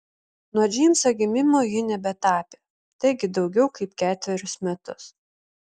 nuo džeimso gimimo ji nebetapė taigi daugiau kaip ketverius metus